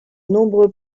nombreux